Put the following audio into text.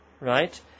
right